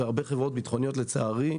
והרבה חברות ביטחוניות לצערי,